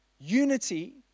Unity